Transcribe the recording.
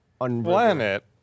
Planet